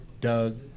Doug